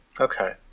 Okay